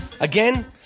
again